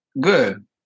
Good